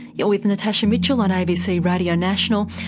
you're with natasha mitchell on abc radio national,